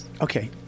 Okay